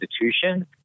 institution